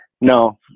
no